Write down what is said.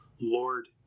lord